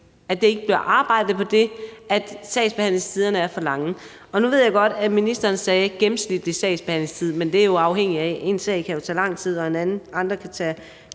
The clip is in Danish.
på det kontaktbevarende samvær, og at sagsbehandlingstiderne er for lange. Nu ved jeg godt, at ministeren talte om den gennemsnitlige sagsbehandlingstid, men den er jo afhængig af forskellige ting. Én sag kan jo tage lang tid, og andre kan tage